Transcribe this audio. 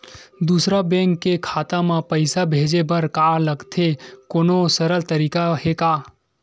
दूसरा बैंक के खाता मा पईसा भेजे बर का लगथे कोनो सरल तरीका हे का?